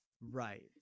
Right